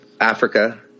Africa